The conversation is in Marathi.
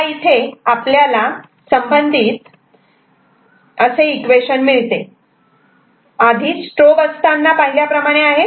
तेव्हा इथे आपल्याला त्यासंबंधित असे इक्वेशन मिळते ते आधी स्ट्रोब असतांना पाहिल्याप्रमाणे आहे